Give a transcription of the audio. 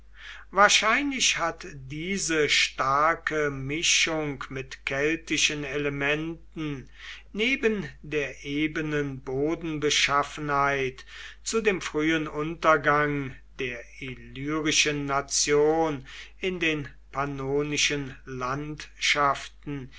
wahrscheinlich hat diese starke mischung mit keltischen elementen neben der ebenen bodenbeschaffenheit zu dem frühen untergang der illyrischen nation in den pannonischen landschaften